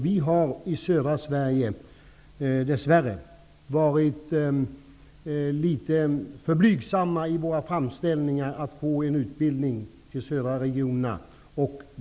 Vi har i södra Sverige dess värre varit litet för blygsamma i våra framställningar om att få en utbildning till de södra regionerna.